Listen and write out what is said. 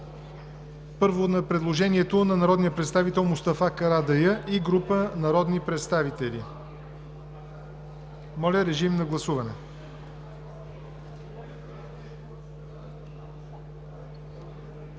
първо, на предложението на народния представител Мустафа Карадайъ и група народни представители. Гласували